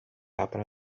happen